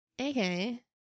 okay